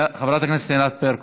חברת הכנסת ענת ברקו,